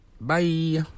Bye